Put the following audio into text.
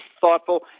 thoughtful